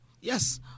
yes